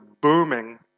booming